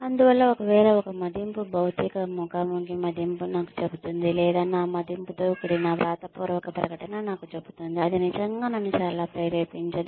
అందువల్ల ఒకవేళ ఒక మదింపు భౌతిక ముఖాముఖి మదింపు నాకు చెబుతుంది లేదా నా మదింపుతో కూడిన వ్రాతపూర్వక ప్రకటన నాకు చెబుతుంది అది నిజంగా నన్ను చాలా ప్రేరేపించదు